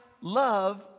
Love